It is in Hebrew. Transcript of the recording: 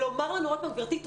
גברתי,